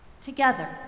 together